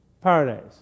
paradise